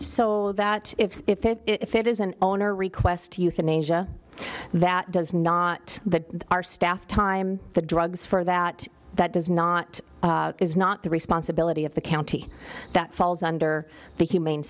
so that if if it if it is an owner request euthanasia that does not that our staff time the drugs for that that does not is not the responsibility of the county that falls under the humane